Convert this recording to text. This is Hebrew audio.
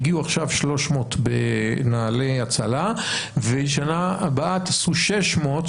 הגיעו עכשיו 300 בנעל"ה הצלה ובשנה הבאה תעשו 600,